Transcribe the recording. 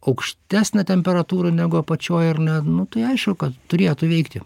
aukštesnė temperatūra negu apačioj ar ne nu tai aišku kad turėtų veikti